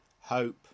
hope